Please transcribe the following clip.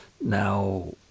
Now